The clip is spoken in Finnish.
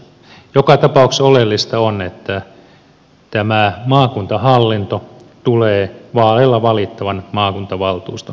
joka tapauksessa oleellista on että tämä maakuntahallinto tulee vaaleilla valittavan maakuntavaltuuston alaiseksi